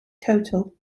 total